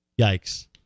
Yikes